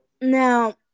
Now